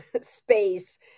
space